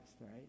right